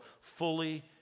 fully